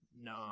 No